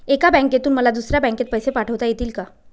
एका बँकेतून मला दुसऱ्या बँकेत पैसे पाठवता येतील का?